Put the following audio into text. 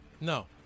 No